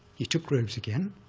he took robes again,